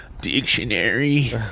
Dictionary